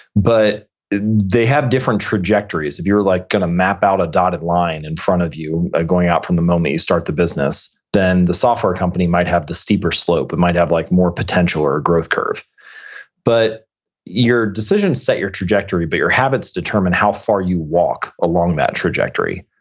but they have different trajectories. if you're like going to map out a dotted line in front of you ah going out from the moment you start the business, then the software company might have the steeper slope. it might have like more potential or growth curve but your decisions set your trajectory, but your habits determine how far you walk along that trajectory.